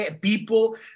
People